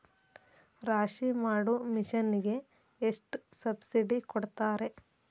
ರಾಶಿ ಮಾಡು ಮಿಷನ್ ಗೆ ಎಷ್ಟು ಸಬ್ಸಿಡಿ ಕೊಡ್ತಾರೆ?